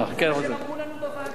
זה מה שהם אמרו לנו בוועדה אתמול.